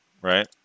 right